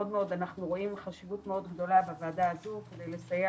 רואים חשיבות מאוד גדולה בוועדה הזאת כדי לסייע